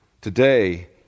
Today